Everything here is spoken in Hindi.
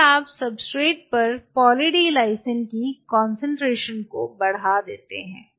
यदि आप सब्सट्रेट पर पॉली डी लाइसिन की कंसंट्रेशन बढ़ाते हैं